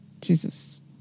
Jesus